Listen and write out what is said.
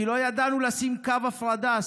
כי לא ידענו לשים קו הפרדה.